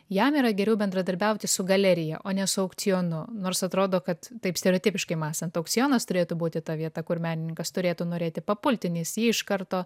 jam yra geriau bendradarbiauti su galerija o ne su aukcionu nors atrodo kad taip stereotipiškai mąstant aukcionas turėtų būti ta vieta kur menininkas turėtų norėti papulti nes jį iš karto